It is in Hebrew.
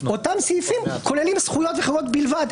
אותם סעיפים כוללים זכויות וחובות בלבד.